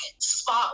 spot